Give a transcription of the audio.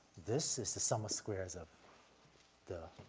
this as the sum of squares of the,